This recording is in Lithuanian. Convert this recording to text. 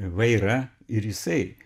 vairą ir jisai